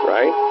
Right